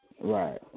Right